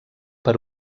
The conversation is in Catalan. per